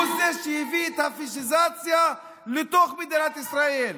הוא זה שהביא את הפשיזציה לתוך מדינת ישראל.